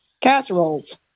casseroles